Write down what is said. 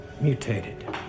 mutated